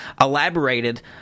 elaborated